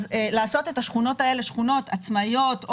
לעשות את השכונות האלה לשכונות עצמאיות,